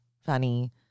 funny